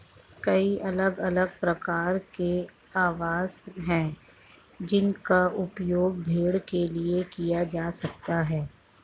कई अलग अलग प्रकार के आवास हैं जिनका उपयोग भेड़ के लिए किया जा सकता है